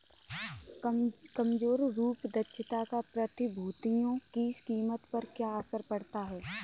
कमजोर रूप दक्षता का प्रतिभूतियों की कीमत पर क्या असर पड़ता है?